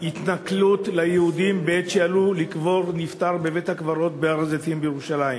התנכלות ליהודים שעלו לקבור נפטר בבית-הקברות בהר-הזיתים בירושלים.